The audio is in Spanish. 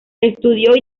estudió